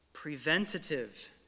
preventative